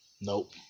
Nope